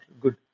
good